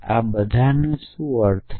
આ બધાનો શું અર્થ છે